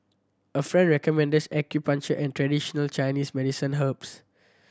a friend recommends acupuncture and traditional Chinese medicine herbs